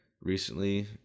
recently